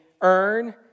earn